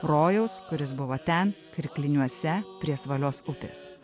rojaus kuris buvo ten karkliniuose prie svalios upės